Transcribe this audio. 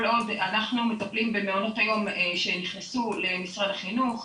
כל עוד אנחנו מטפלים במעונות היום שנכנסו למשרד החינוך,